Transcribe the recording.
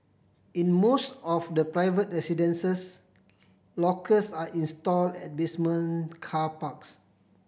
in most of the private residences lockers are install at basement car parks